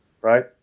right